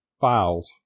files